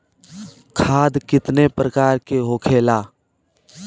खाद कितने प्रकार के होखेला?